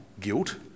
guilt